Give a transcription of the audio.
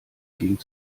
ging